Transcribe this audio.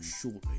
shortly